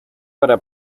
para